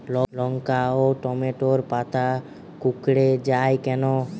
লঙ্কা ও টমেটোর পাতা কুঁকড়ে য়ায় কেন?